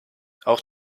auch